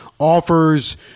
offers